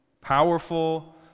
powerful